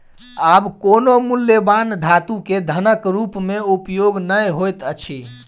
आब कोनो मूल्यवान धातु के धनक रूप में उपयोग नै होइत अछि